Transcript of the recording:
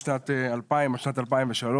משנת 2000 עד שנת 2003,